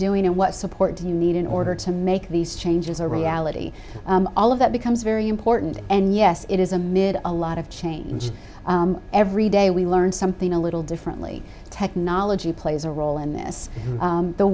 doing and what support do you need in order to make these changes a reality all of that becomes very important and yes it is amid a lot of change every day we learn something a little differently technology plays a role in this